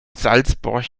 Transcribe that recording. salzburg